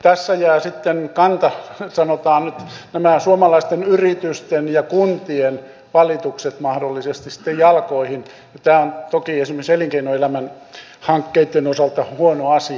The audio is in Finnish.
tässä jäävät sitten sanotaan nyt nämä suomalaisten yritysten ja kuntien valitukset mahdollisesti sitten jalkoihin ja tämä on toki esimerkiksi elinkeinoelämän hankkeitten osalta huono asia